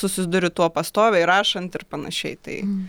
susiduri tuo pastoviai rašant ir panašiai tai